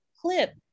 clip